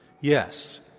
Yes